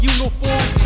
Uniform